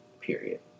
Period